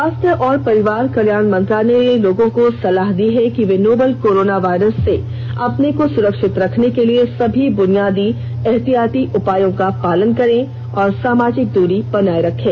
स्वास्थ्य और परिवार कल्याण मंत्रालय ने लोगों को सलाह दी है कि वे नोवल कोरोना वायरस से अपने को सुरक्षित रखने के लिए सभी बुनियादी एहतियाती उपायों का पालन करें और सामाजिक दूरी बनाए रखें